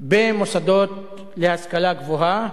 במוסדות להשכלה גבוהה.